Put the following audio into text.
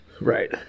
Right